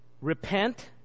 Repent